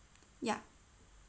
ya